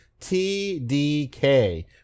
TDK